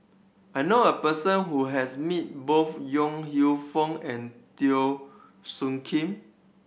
I know a person who has meet both Yong Lew Foong and Teo Soon Kim